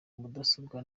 mudasobwa